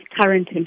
current